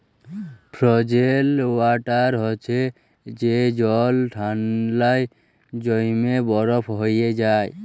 frozen water হছে যে জল ঠাল্ডায় জইমে বরফ হঁয়ে যায়